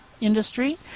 industry